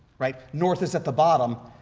right? north is at the bottom,